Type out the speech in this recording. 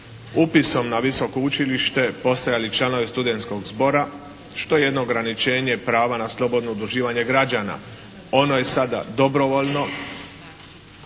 upisom na visoko učilište postajali članovi studenskog zbora što je jedno ograničenje prava na slobodno odlučivanje građana. Ono je sada dobrovoljno.